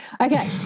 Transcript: Okay